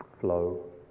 flow